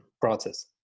process